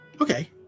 Okay